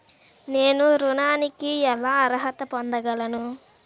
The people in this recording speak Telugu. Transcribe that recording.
నేను ఋణానికి ఎలా అర్హత పొందగలను?